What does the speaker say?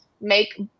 make